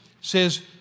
says